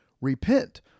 Repent